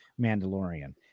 Mandalorian